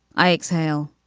i exhale.